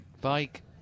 bike